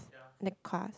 the cars